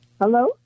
Hello